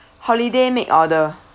holiday make order